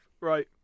Right